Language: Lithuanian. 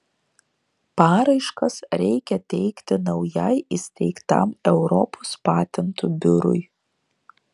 paraiškas reikia teikti naujai įsteigtam europos patentų biurui